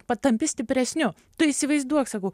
patampi stipresniu tu įsivaizduok sakau